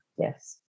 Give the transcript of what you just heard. Yes